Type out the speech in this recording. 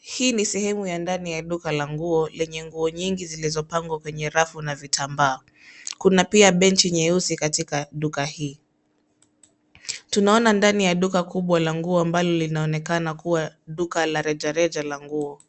Hii ni sehemu ya ndani ya duka la nguo lenye nguo nyingi zilizopangwa kwenye rafu na vitambaa, kuna pia benchi nyeusi katika duka hii. Tunaona ndani ya duka kubwa la nguo ambalo linaonekana kuwa duka la rejareja la nguo.